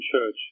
Church